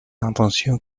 intentions